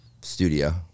studio